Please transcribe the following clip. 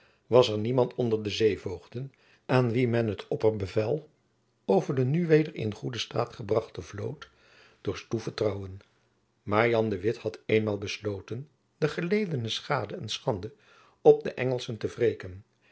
was er niemand onder de zeevoogden aan wien men het opperbevel over de nu weder in goeden staat gebrachte vloot dorst toevertrouwen maar jan de witt had eenmaal besloten de geledene schade en schande op de engelschen te wreken